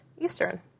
Eastern